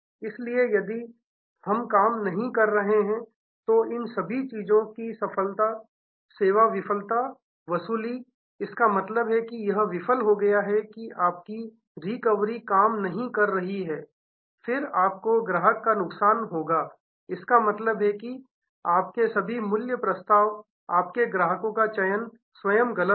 इसलिए यदि हम काम नहीं कर रहे हैं तो इन सभी चीजों की सेवा विफलता और वसूली इसका मतलब है यह विफल हो गया है कि आपकी रिकवरी काम नहीं कर रही है फिर आपको ग्राहक का नुकसान होगा इसका मतलब है आपके सभी मूल्य प्रस्ताव आपके ग्राहकों का चयन स्वयं गलत था